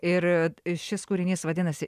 ir šis kūrinys vadinasi